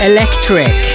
Electric